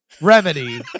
remedy